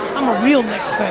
i'm a real nick's